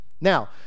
now